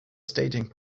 staging